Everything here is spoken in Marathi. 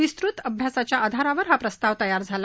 विस्तृत अभ्यासाच्या आधारावर हा प्रस्ताव तयार झाला